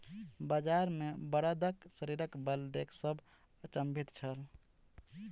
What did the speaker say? बजार मे बड़दक शारीरिक बल देख सभ अचंभित छल